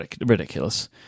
ridiculous